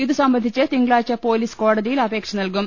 ഇതുസംബന്ധിച്ച് തിങ്കളാഴ്ച പൊലീസ് കോടതിയിൽ അപേക്ഷ നല്കും